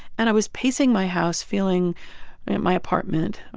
and i was pacing my house, feeling my apartment.